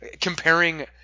comparing